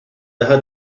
daha